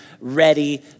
ready